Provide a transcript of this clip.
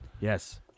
yes